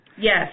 Yes